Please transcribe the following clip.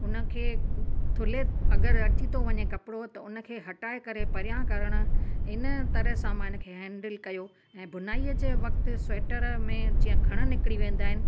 हुनखे थुल्हे अगरि अची थो वञे कपिड़ो त हुनखे हटाए करे परियां करण हिन तरह सां मां हिनखे हैंडिल कयो ऐं बुनाईअ जे वक़्ति स्वेटर में जीअं खण निकिरी वेंदा आहिनि